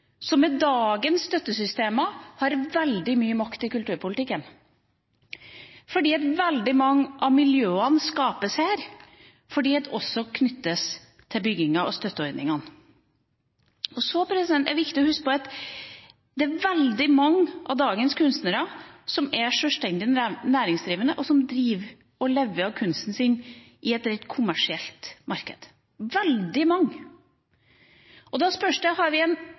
som med dagens støttesystemer har veldig mye makt i kulturpolitikken – fordi veldig mange av miljøene skapes her, og fordi det også knyttes til bygginga og til støtteordningene. Så er det viktig å huske på at veldig mange av dagens kunstnere er sjølstendige næringsdrivende og lever av kunsten sin i et rent kommersielt marked – veldig mange. Da spørs det: Har vi en